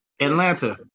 Atlanta